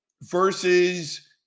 versus